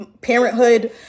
parenthood